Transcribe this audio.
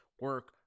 Work